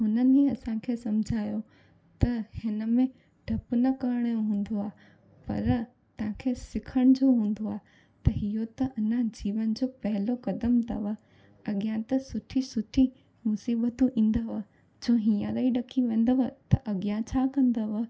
हुननि ई असांखे सम्झायो त हिन में डपु न करणु हूंदो आहे पर तव्हांखे सिखण जो हूंदो आहे त इहो त अञा जीवन जो पहिलो क़दमु अथव अॻियां त सुठी सुठी मुसीबतूं ईंदव जो हींअर ई ॾकी वेंदव त अॻियां छा कंदव